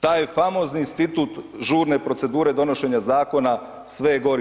Taj famozni institut žurne procedure donošenja zakona sve je gori.